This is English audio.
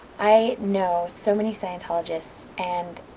i know so many scientologists, and